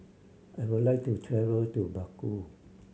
I would like to travel to Baku